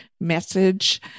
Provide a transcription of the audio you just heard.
message